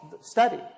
study